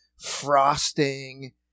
frosting